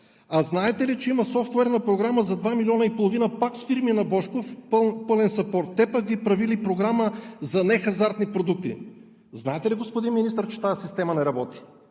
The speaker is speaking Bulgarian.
Знаете ли, че има софтуерна програма за 2 милиона и половина пак с фирми на Божков – пълен съпорт? Те пък Ви правили програма за нехазартни продукти. Знаете ли, господин Министър, че тази система не работи?